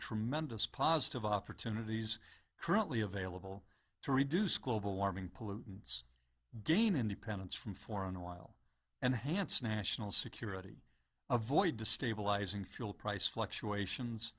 tremendous positive opportunities currently available to reduce global warming pollutants gain independence from foreign oil and hance national security avoid destabilizing fuel price fluctuations